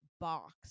box